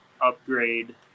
upgrade